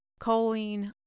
choline